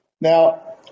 Now